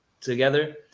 together